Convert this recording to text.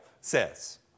says